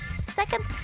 second